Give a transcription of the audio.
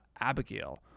Abigail